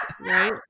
Right